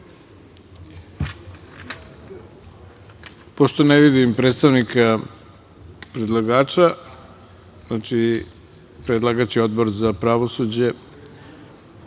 ne vidim predstavnika predlagača, predlagač je Odbor za pravosuđe,